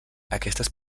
aquestes